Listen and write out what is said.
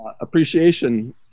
appreciation